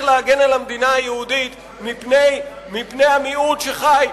זה "להגן" על המדינה היהודית מפני המיעוט שחי,